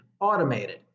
automated